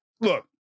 look